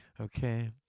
Okay